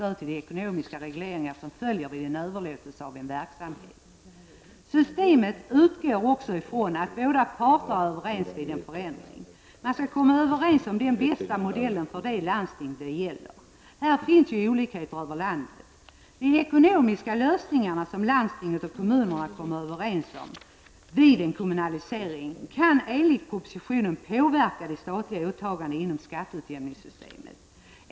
1989/90:132 regleringar som följer vid en överlåtelse av en verksamhet. Systemet utgår 31 maj 1990 också från att båda parter är överens vid en förändring. Man skall komma överens om den bästa modellen för de landsting det gäller. Här finns ju olik Vissa ändringar i heter över landet. omsorgslagstiftningen m.m. De ekonomiska lösningar som landstingen och kommunerna kommer överens om vid en kommunalisering kan enligt propositionen påverka de statliga åtagandena inom skatteutjämningssystemet.